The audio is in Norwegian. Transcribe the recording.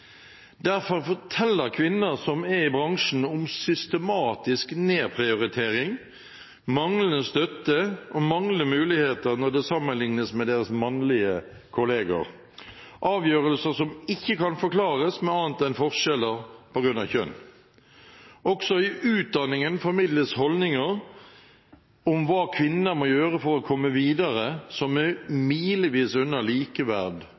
forteller kvinner som er i bransjen, om systematisk nedprioritering, manglende støtte og manglende muligheter sammenlignet med sine mannlige kolleger – avgjørelser som ikke kan forklares med annet enn forskjeller på grunn av kjønn. Også i utdanningen formidles holdninger om hva kvinner må gjøre for å komme videre som er milevis unna likeverd